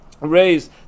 Raise